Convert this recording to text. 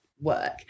work